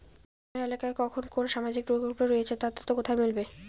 গ্রামের এলাকায় কখন কোন সামাজিক প্রকল্প রয়েছে তার তথ্য কোথায় মিলবে?